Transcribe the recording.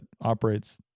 operates